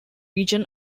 region